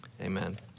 Amen